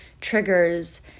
triggers